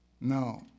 No